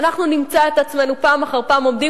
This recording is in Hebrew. אנחנו נמצא את עצמנו פעם אחר פעם עומדים